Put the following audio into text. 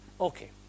Okay